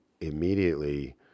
immediately